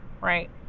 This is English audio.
right